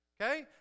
Okay